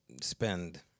spend